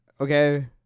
Okay